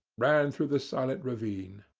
rang through the silent ravine.